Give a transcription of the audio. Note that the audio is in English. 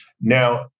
Now